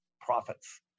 profits